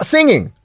Singing